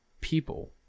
people